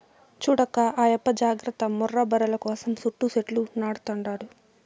చూడక్కా ఆయప్ప జాగర్త ముర్రా బర్రెల కోసం సుట్టూ సెట్లు నాటతండాడు